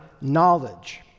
knowledge